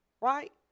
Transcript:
right